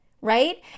right